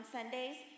Sundays